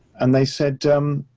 and they said, oh,